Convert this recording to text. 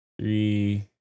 three